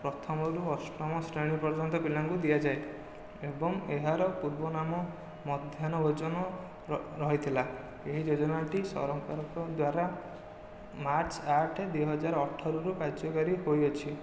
ପ୍ରଥମରୁ ଅଷ୍ଟମ ଶ୍ରେଣୀ ପର୍ଯ୍ୟନ୍ତ ପିଲାଙ୍କୁ ଦିଆଯାଏ ଏବଂ ଏହାର ପୂର୍ବନାମ ମଧ୍ୟାହ୍ନ ଭୋଜନ ରହିଥିଲା ଏହି ଯୋଜନାଟି ସରକାରଙ୍କ ଦ୍ଵାରା ମାର୍ଚ୍ଚ ଆଠ ଦୁଇ ହଜାର ଅଠରରୁ କାର୍ଯ୍ୟକାରୀ ହୋଇଅଛି